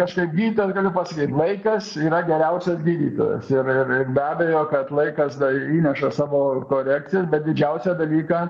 aš kaip gydytojas galiu pasakyt laikas yra geriausias gydytojas ir ir be abejo kad laikas dar įneša savo korekcijas bet didžiausią dalyką